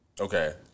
Okay